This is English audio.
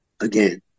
again